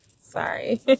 Sorry